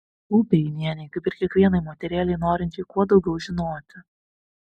rūpi einienei kaip ir kiekvienai moterėlei norinčiai kuo daugiau žinoti